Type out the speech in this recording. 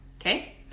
Okay